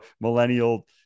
millennial